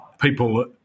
people